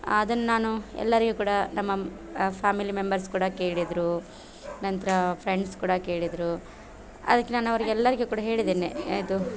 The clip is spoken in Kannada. ಅದನ್ನು ನಾನು ಎಲ್ಲರಿಗೂ ಕೂಡ ನಮ್ಮ ಫ್ಯಾಮಿಲಿ ಮೆಂಬರ್ಸ್ ಕೂಡ ಕೇಳಿದರು ನಂತರ ಫ್ರೆಂಡ್ಸ್ ಕೂಡ ಕೇಳಿದರು ಅದಕ್ಕೆ ನಾನು ಅವರಿಗೆಲ್ಲರಿಗೂ ಕೂಡ ಹೇಳಿದ್ದೇನೆ ಇದು